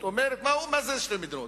מה זה שתי מדינות?